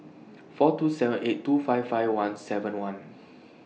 four two seven eight two five five one seven one